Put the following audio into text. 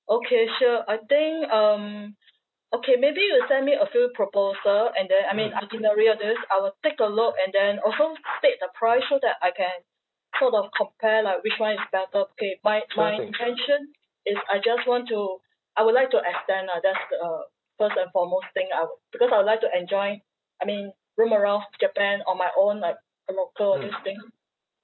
okay sure I think um okay maybe you send me a few proposal and then I mean itinerary of this I will take a look and then also state the price so that I can sort of compare like which one is better K my my intention is I just want to I would like to extend lah that's the uh first and foremost thing I would because I would like to enjoy I mean roam around japan on my own like a local all these thing